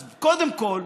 אז קודם כול,